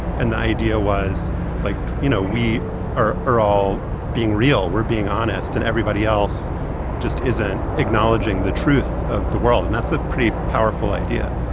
and the idea was like, you know, we are are all being real. we're being. honest and everybody else just isn't acknowledging the truth of the world, and that's a pretty powerful idea